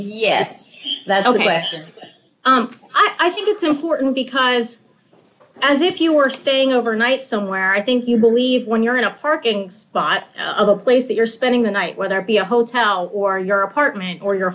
question i think it's important because as if you were staying overnight somewhere i think you believe when you're in a parking spot of a place that you're spending the night whether it be a hotel or your apartment or your